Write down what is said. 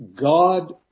God